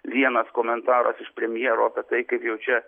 vienas komentaras iš premjero apie tai kaip jau čia